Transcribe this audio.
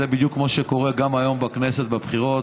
זה בדיוק כמו שקורה גם כיום בכנסת בבחירות: